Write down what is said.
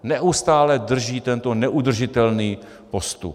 Neustále drží tento neudržitelný postup.